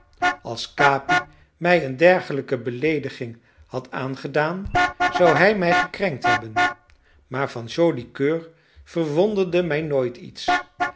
als capi mij een dergelijke beleediging had aangedaan zou hij mij gekrenkt hebben maar van joli coeur verwonderde mij nooit iets